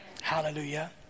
Hallelujah